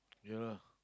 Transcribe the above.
ya lah